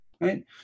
right